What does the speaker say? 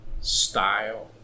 style